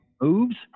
moves